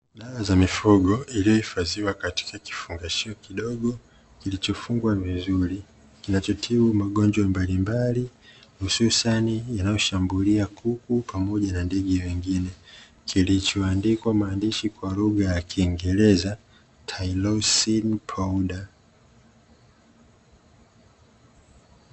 Dawa za mifugo, iliyohifadhiwa katika kifungashio kidogo kilichofungwa vizuri, kinachotibu magonjwa mbalimbali hususani yanayoshambulia kuku, pamoja na ndege wengine, kilichoandikwa maandishi kwa lugha ya kiingereza "TYLOSIN POWDER".